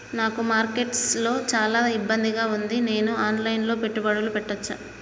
నాకు మార్కెట్స్ లో చాలా ఇబ్బందిగా ఉంది, నేను ఆన్ లైన్ లో పెట్టుబడులు పెట్టవచ్చా?